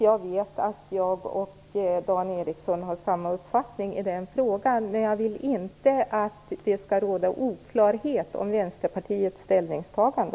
Jag vet att jag och Dan Ericsson har samma uppfattning i den frågan. Men jag vill inte att det skall råda någon oklarhet om Vänsterpartiets ställningstagande.